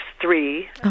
three